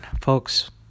Folks